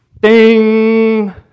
ding